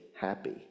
happy